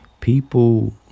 People